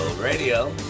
Radio